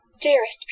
dearest